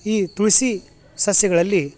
ಈ ತುಳಸಿ ಸಸ್ಯಗಳಲ್ಲಿ